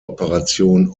operation